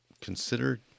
Consider